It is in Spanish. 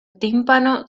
tímpano